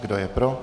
Kdo je pro?